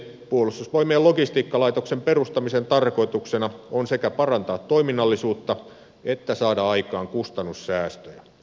puolustusvoimien logistiikkalaitoksen perustamisen tarkoituksena on sekä parantaa toiminnallisuutta että saada aikaan kustannussäästöjä